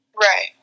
Right